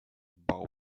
bał